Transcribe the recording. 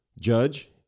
Judge